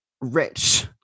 rich